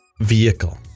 vehicle